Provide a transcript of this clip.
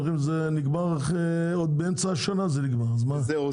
זה נגמר עוד באמצע השנה, אז מה זה אומר?